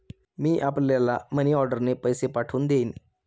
मी आपल्याला मनीऑर्डरने पैसे पाठवून देईन